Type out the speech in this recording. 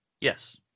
Yes